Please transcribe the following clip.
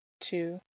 two